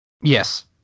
Yes